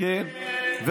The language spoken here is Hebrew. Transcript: ראיתי את זה,